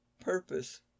purpose